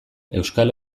euskal